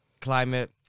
climate